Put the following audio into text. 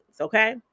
Okay